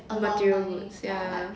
material goods ya